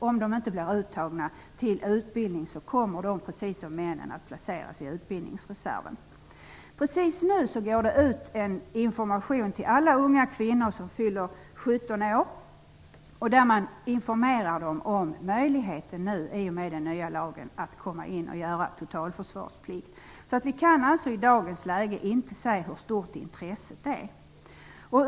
Om de inte blir uttagna till utbildning kommer de, precis som männen, att placeras i utbildningsreserven. Just nu går det ut en information till alla unga kvinnor, som fyller 17 år, om möjligheten att i och med den nya lagen göra totalförsvarsplikt. Vi kan därför inte i dagens läge säga hur stort intresset är.